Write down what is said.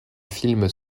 films